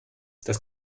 das